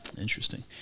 interesting